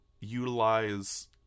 Utilize